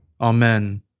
Amen